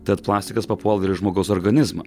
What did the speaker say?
tad plastikas papuola ir į žmogaus organizmą